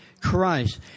Christ